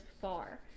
far